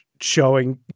showing